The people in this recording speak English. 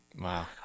Wow